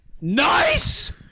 Nice